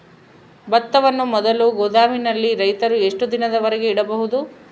ಭತ್ತವನ್ನು ಮೊದಲು ಗೋದಾಮಿನಲ್ಲಿ ರೈತರು ಎಷ್ಟು ದಿನದವರೆಗೆ ಇಡಬಹುದು?